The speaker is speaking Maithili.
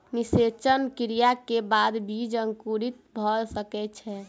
निषेचन क्रिया के बाद बीज अंकुरित भ सकै छै